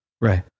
Right